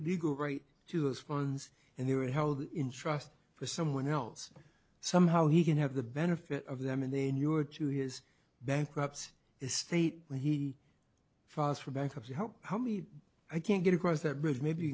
legal right to us funds and they were held in trust for someone else somehow he can have the benefit of them and then you are to his bankruptcy estate when he files for bankruptcy help how many i can't get across that bridge maybe you